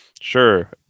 sure